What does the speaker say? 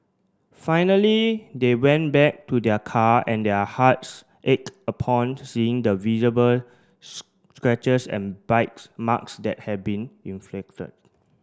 finally they went back to their car and their hearts ached upon seeing the visible scratches and bites marks that had been inflicted